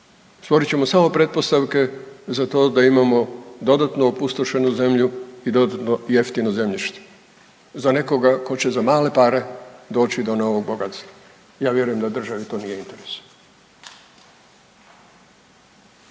Stvorit ćemo samo pretpostavke za to da imamo dodatno opustošenu zemlju i dodatno jeftino zemljište za nekoga tko će za male pare doći do novog bogatstva. Ja vjerujem da državi to nije interes.